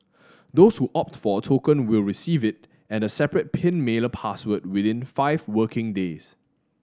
those who opt for a token will receive it and a separate pin mailer password within five working days